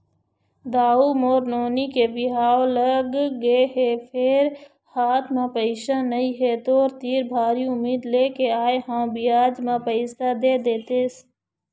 दाऊ मोर नोनी के बिहाव लगगे हे फेर हाथ म पइसा नइ हे, तोर तीर भारी उम्मीद लेके आय हंव बियाज म पइसा दे देतेस